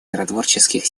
миротворческих